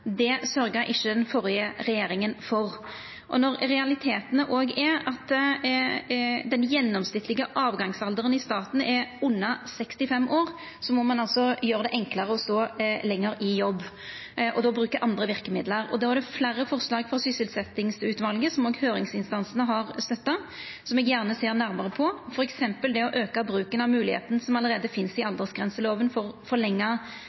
det er snakk om slike endringar. Det sørgde ikkje den førre regjeringa for. Når realiteten òg er at den gjennomsnittlege avgangsalderen i staten er under 65 år, må me altså gjera det enklare å stå lenger i jobb – og då bruka andre verkemiddel. Det er fleire forslag frå sysselsetjingsutvalet, som òg høyringsinstansane har støtta, som eg gjerne ser nærmare på, f.eks. det å auka bruken av mogelegheitene som allereie